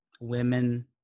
women